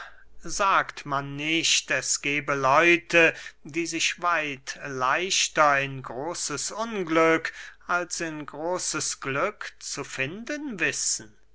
sagt man nicht es gebe leute die sich weit leichter in großes unglück als in großes glück zu finden wissen